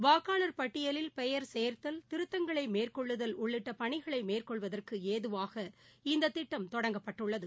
வாக்காளர் பட்டியலில் பெயர் சேர்த்தல் திருத்தங்களை மேற்கொள்ளுதல் உள்ளிட்ட பணிகளை மேற்கொள்வதற்கு ஏதுவாக இந்த திட்டம் தொடங்கப்பட்டுள்ளது